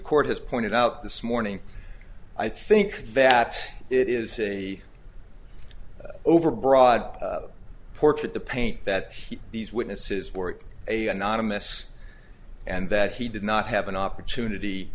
court has pointed out this morning i think that it is a overbroad portrait the paint that he these witnesses were a anonymous and that he did not have an opportunity